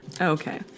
okay